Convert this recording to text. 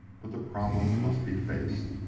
but the problem must be faced,